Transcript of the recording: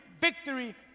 victory